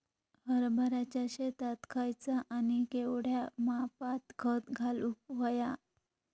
हरभराच्या शेतात खयचा आणि केवढया मापात खत घालुक व्हया?